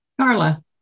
Carla